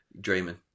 Dreaming